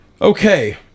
Okay